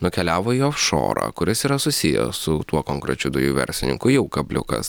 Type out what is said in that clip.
nukeliavo į ofšorą kuris yra susijęs su tuo konkrečiu dujų verslininku jau kabliukas